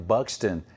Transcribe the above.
Buxton